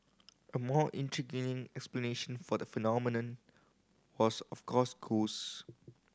a more intriguing explanation for the phenomenon was of course ghost